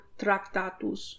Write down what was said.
tractatus